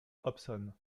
hobson